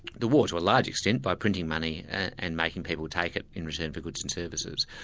the war to a large extent, by printing money and making people take it in return for goods and services,